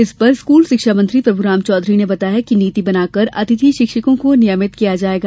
इस पर स्कूल शिक्षा मंत्री प्रभुराम चौधरी ने बताया कि नीति बनाकर अतिथि शिक्षकों को नियमित किया जायेगा